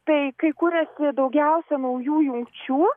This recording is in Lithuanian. tai kai kuriasi daugiausia naujų jungčių